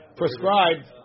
prescribed